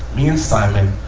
me and simon,